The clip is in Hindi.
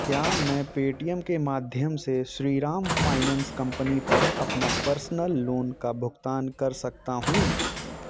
क्या मैं पेटीएम के माध्यम से श्रीराम फाइनेंस कंपनी पर अपने पर्सनल लोन का भुगतान कर सकता हूँ